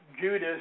Judas